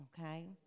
okay